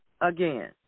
Again